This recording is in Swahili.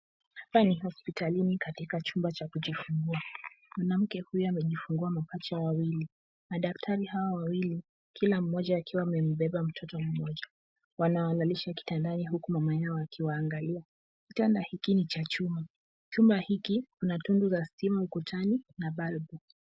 Hapa ni hospitalini katika chumba cha kujifungua. Mwanamke huyu amejifungua mapacha wawili. Madaktari hawa wawili, kila mmoja akiwa amembeba mtoto mmoja wanawalalisha kitandani huku mama yao akiwaangalia. Kitanda hiki ni cha chuma. Chuma hiki kuna tundu la stima ukutani na bulb .